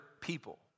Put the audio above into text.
people